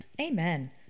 Amen